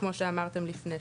כמו שאמרתם לפני שנייה.